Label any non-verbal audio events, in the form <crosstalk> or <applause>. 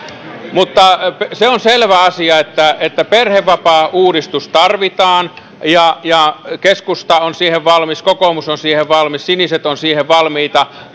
se on selvä asia että että perhevapaauudistus tarvitaan ja ja keskusta on siihen valmis kokoomus on siihen valmis siniset ovat siihen valmiita <unintelligible>